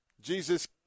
Jesus